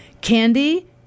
Candy